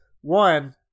One